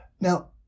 Now